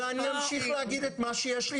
ואני אמשיך להגיד את מה שיש לי